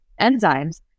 enzymes